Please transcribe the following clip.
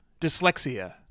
dyslexia